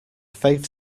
faith